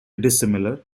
dissimilar